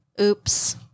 oops